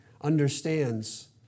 understands